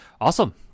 Awesome